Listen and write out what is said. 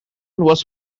was